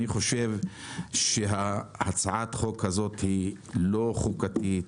אני חושב שהצעת החוק הזאת היא לא חוקתית,